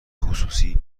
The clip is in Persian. خصوصی